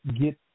get